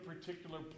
particular